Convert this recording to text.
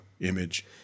image